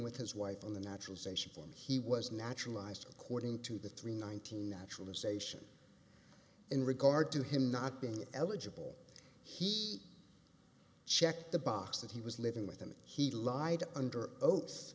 with his wife on the natural same ship and he was naturalized according to the three nineteen naturalization in regard to him not being eligible he check the box that he was living with them he lied under oath